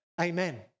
amen